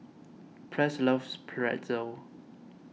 Press loves Pretzel